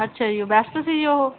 ਅੱਛਾ ਜੀ ਉਹ ਬੈਸਟ ਸੀ ਜੀ ਉਹ